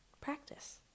practice